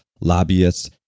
lobbyists